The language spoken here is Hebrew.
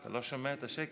אתה לא שומע את השקט.